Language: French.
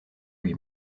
lui